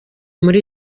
muri